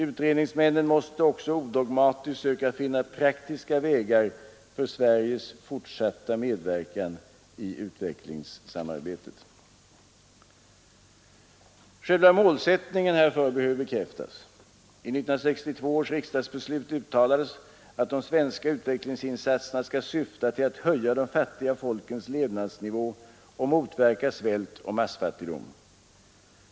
Utredningsmännen måste också odogmatiskt söka finna praktiska vägar för Sveriges fortsatta medverkan i utvecklingssamarbetet. Själva målsättningen härför behöver bekräftas. I 1962 års riksdagsbeslut uttalades att de svenska utvecklingsinsatserna skall syfta till att höja de fattiga folkens levnadsnivå och motverka svält och massfattigdom.